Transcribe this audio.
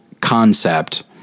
concept